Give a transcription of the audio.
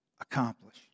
accomplish